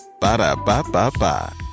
Ba-da-ba-ba-ba